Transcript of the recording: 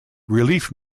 relief